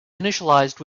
initialized